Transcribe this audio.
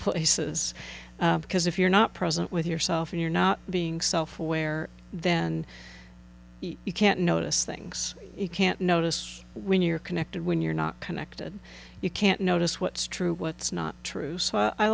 places because if you're not present with yourself and you're not being self aware then you can't notice things you can't notice when you're connected when you're not connected you can't notice what's true what's not true so i